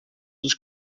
sus